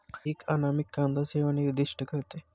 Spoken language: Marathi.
एक अनामित कांदा सेवा निर्दिष्ट करते